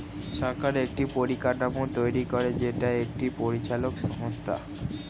সরকার একটি পরিকাঠামো তৈরী করে যেটা একটি পরিচালক সংস্থা